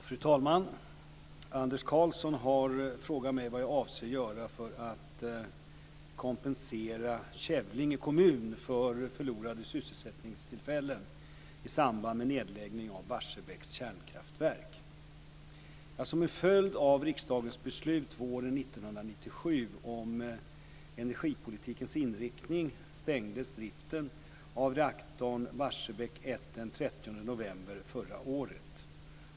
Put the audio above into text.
Fru talman! Anders Karlsson har frågat mig vad jag avser att göra för att kompensera Kävlinge kommun för förlorade sysselsättningstillfällen i samband med nedläggningen av Barsebäcks kärnkraftverk. Som en följd av riksdagens beslut våren 1997 om energipolitikens inriktning stängdes driften av reaktorn Barsebäck 1 den 30 november förra året.